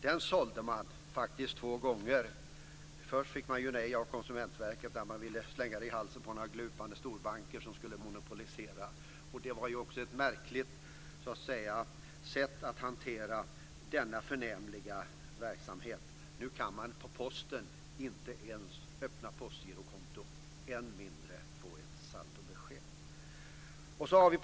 Den sålde man två gånger. Först sade Konsumentverket nej när man ville slänga Postgirot i halsen på några glupande storbanker som skulle genomföra en monopolisering. Det var också ett märkligt sätt att hantera denna förnämliga verksamhet. Nu kan man inte ens öppna postgirokonto på Posten, än mindre få ett saldobesked.